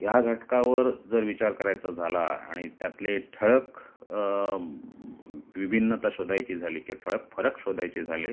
ह्या घटकावर जर विचार करायचा झाला आणि त्यातले ठळक विभिन्नता शोधायची झाली किंवा ठळक फरक शोधायचे झाले